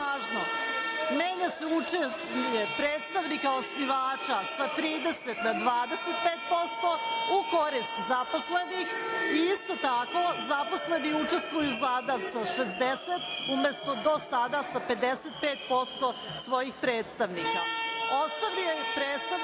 Menja se učestvovanje predstavnika osnivača sa 30 na 25% u korist zaposlenih i isto tako zaposleni učestvuju sa 60 umesto do sada sa 55% svojih predstavnika.